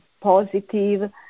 positive